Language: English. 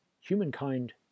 humankind